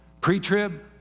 Pre-trib